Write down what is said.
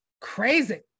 crazy